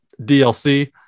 DLC